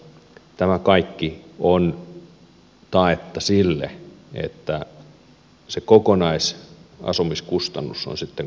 tämä kaikki on taetta sille että se kokonaisasumiskustannus on sitten kuitenkin halvempaa